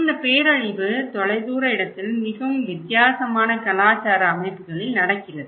இந்த பேரழிவு தொலைதூர இடத்தில் மிகவும் வித்தியாசமான கலாச்சார அமைப்புகளில் நடக்கிறது